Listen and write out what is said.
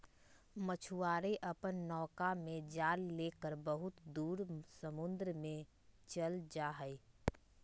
मछुआरे अपन नौका में जाल लेकर बहुत दूर समुद्र में चल जाहई